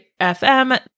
FM